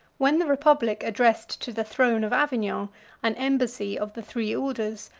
when the republic addressed to the throne of avignon an embassy of the three orders,